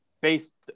based